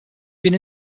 been